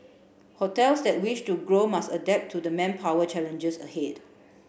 hotels that wish to grow must adapt to the manpower challenges ahead